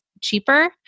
cheaper